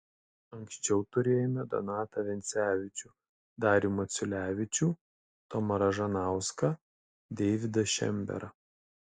anksčiau turėjome donatą vencevičių darių maciulevičių tomą ražanauską deividą šemberą